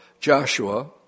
Joshua